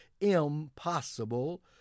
impossible